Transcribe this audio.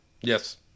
Yes